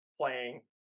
playing